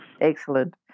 Excellent